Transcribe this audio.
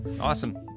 Awesome